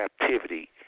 captivity